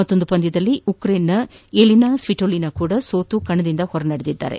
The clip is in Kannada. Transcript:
ಮತ್ತೊಂದು ಪಂದ್ಲದಲ್ಲಿ ಉಕ್ರೇನ್ನ ಎಲಿನಾ ಸ್ವಿಟೋಲಿನಾ ಕೂಡ ಸೋತು ಕಣದಿಂದ ಹೊರ ನಡೆದಿದ್ದಾರೆ